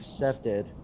accepted